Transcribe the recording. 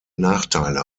nachteile